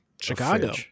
Chicago